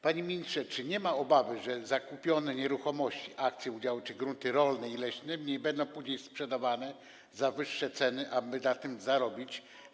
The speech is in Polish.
Panie ministrze, czy nie ma obawy, że zakupione nieruchomości, akcje, udziały czy grunty rolne i leśne będą później sprzedawane za wyższe ceny, aby na tym zarobić?